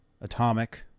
atomic